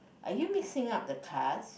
are you mixing up the cards